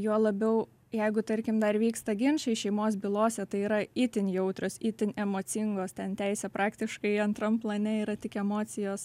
juo labiau jeigu tarkim dar vyksta ginčai šeimos bylose tai yra itin jautrios itin emocingos ten teisė praktiškai antram plane yra tik emocijos